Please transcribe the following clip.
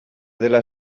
dela